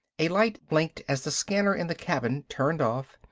a light blinked as the scanner in the cabin turned off,